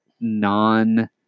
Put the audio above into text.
non